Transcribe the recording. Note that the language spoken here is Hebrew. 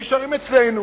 שהם נשארים אצלנו.